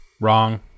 Wrong